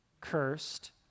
cursed